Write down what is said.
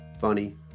funny